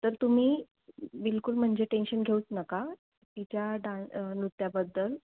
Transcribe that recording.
तर तुम्ही बिलकुल म्हणजे टेन्शन घेऊच नका तिच्या डान नृत्याबद्दल